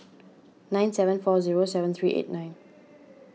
nine seven four zero seven three eight nine